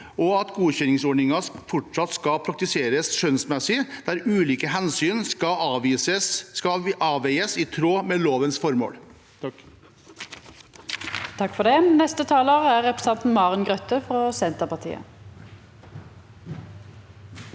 og at godkjenningsordningen fortsatt skal praktiseres skjønnsmessig der ulike hensyn skal avveies i tråd med lovens formål.